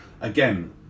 again